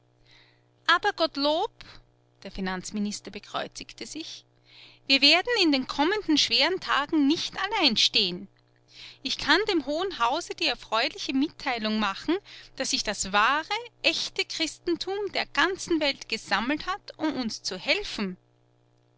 aber gottlob der finanzminister bekreuzigte sich wir werden in den kommenden schweren tagen nicht allein stehen ich kann dem hohen hause die erfreuliche mitteilung machen daß sich das echte wahre christentum der ganzen welt gesammelt hat um uns zu helfen